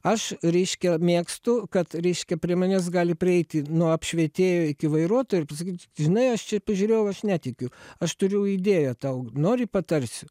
aš reiškia mėgstu kad reiškia prie manęs gali prieiti nuo apšvietėjo iki vairuotojo ir pasakyt žinai aš čia pažiūrėjau aš netikiu aš turiu idėją tau nori patarsiu